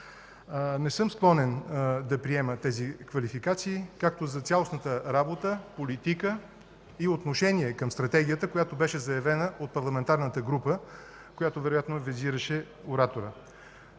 Не съм склонен да приема тези квалификации, както за цялостната работа, политика и отношение към Стратегията, която беше заявена от парламентарната група и която вероятно визираше ораторът.